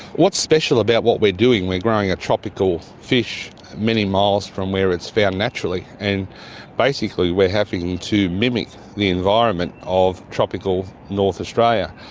what's special about what we're doing, we're growing a tropical fish many miles from where it's found naturally. and basically we're having to mimic the environment of tropical north australia.